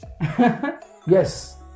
Yes